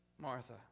Martha